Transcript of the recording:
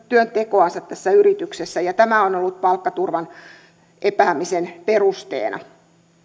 työntekoansa tässä yrityksessä ja tämä on ollut palkkaturvan epäämisen perusteena